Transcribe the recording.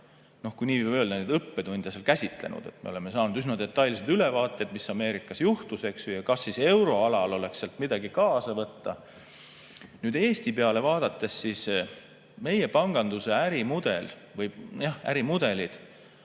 korral, kui nii võib öelda, neid õppetunde seal käsitlenud. Me oleme saanud üsna detailsed ülevaated, mis Ameerikas juhtus, ja kas euroalal oleks sealt midagi kaasa võtta. Nüüd Eesti peale vaadates, meie panganduse ärimudelid